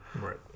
Right